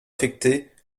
affectées